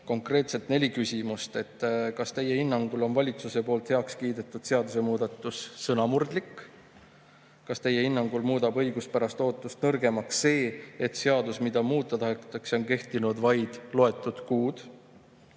konkreetselt neli küsimust. Kas teie hinnangul on valitsuse poolt heaks kiidetud seadusemuudatus sõnamurdlik? Kas teie hinnangul muudab õiguspärast ootust nõrgemaks see, et seadus, mida muuta tahetakse, on kehtinud vaid loetud kuud?